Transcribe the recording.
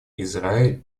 израиль